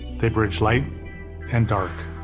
they bridge light and dark.